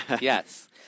Yes